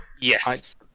Yes